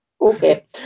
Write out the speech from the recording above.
okay